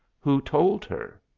who told her?